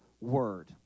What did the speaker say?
word